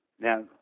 Now